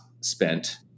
spent